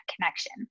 connection